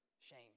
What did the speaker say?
shame